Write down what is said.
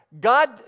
God